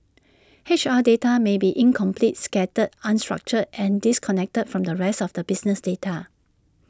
H R data may be incomplete scattered unstructured and disconnected from the rest of the business data